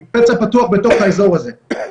היא פצע פתוח בתוך האזור הזה.